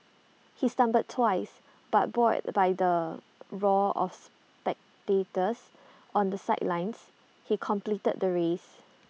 he stumbled twice but buoyed by the roar of spectators on the sidelines he completed the race